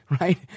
right